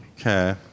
Okay